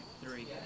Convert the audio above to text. three